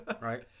right